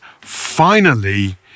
Finally